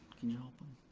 can you help him?